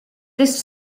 this